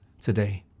today